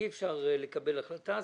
אי אפשר לקבל החלטה.